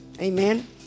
Amen